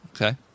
Okay